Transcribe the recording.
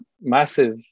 massive